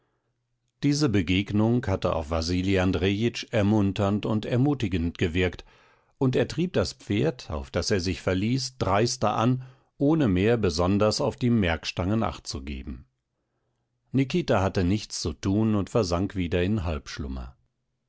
diese begegnung hatte auf wasili andrejitsch ermunternd und ermutigend gewirkt und er trieb das pferd auf das er sich verließ dreister an ohne mehr besonders auf die merkstangen achtzugeben nikita hatte nichts zu tun und versank wieder in